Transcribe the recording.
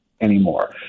anymore